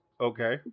Okay